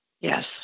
Yes